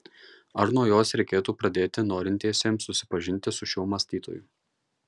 ar nuo jos reikėtų pradėti norintiesiems susipažinti su šiuo mąstytoju